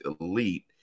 elite